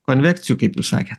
konvekcijų kaip jūs sakėt